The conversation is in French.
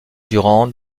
durande